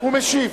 הוא משיב.